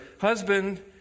husband